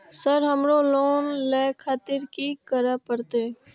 Sir हमरो loan ले खातिर की करें परतें?